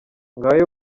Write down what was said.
ngayo